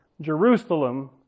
Jerusalem